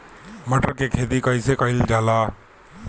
मटर के खेती कइसे कइल जाला?